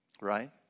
Right